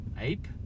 ape